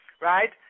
right